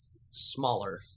smaller